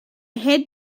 had